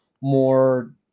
more